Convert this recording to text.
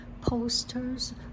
posters